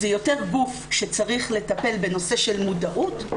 זה יותר גוף שצריך לטפל בנושא של מודעות,